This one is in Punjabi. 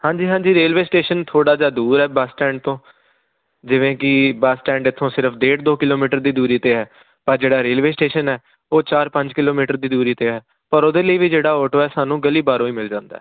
ਹਾਂਜੀ ਹਾਂਜੀ ਰੇਲਵੇ ਸਟੇਸ਼ਨ ਥੋੜ੍ਹਾ ਜਿਹਾ ਦੂਰ ਹੈ ਬੱਸ ਸਟੈਂਡ ਤੋਂ ਜਿਵੇਂ ਕਿ ਬੱਸ ਸਟੈਂਡ ਇੱਥੋਂ ਸਿਰਫ ਡੇਢ ਦੋ ਕਿਲੋਮੀਟਰ ਦੀ ਦੂਰੀ 'ਤੇ ਹੈ ਪਰ ਜਿਹੜਾ ਰੇਲਵੇ ਸਟੇਸ਼ਨ ਹੈ ਉਹ ਚਾਰ ਪੰਜ ਕਿਲੋਮੀਟਰ ਦੀ ਦੂਰੀ 'ਤੇ ਹੈ ਪਰ ਉਹਦੇ ਲਈ ਵੀ ਜਿਹੜਾ ਆਟੋ ਸਾਨੂੰ ਗਲੀ ਬਾਹਰੋਂ ਹੀ ਮਿਲ ਜਾਂਦਾ